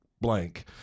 blank